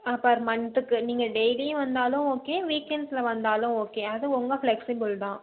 ஆ per மந்த்துக்கு நீங்கள் டெய்லியும் வந்தாலும் ஓகே வீக்கெண்ட்ஸ்சில் வந்தாலும் ஓகே அது உங்கள் ஃப்ளெக்ஸிபில் தான்